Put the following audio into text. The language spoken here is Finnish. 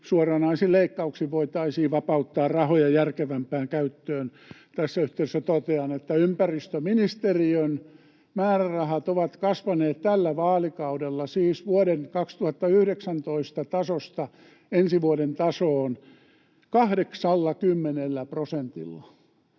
suoranaisin leikkauksin voitaisiin vapauttaa rahoja järkevämpään käyttöön. Tässä yhteydessä totean, että ympäristöministeriön määrärahat ovat kasvaneet tällä vaalikaudella, siis vuoden 2019 tasosta ensi vuoden tasoon, 80 prosentilla.